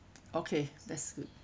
okay that's good